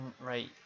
right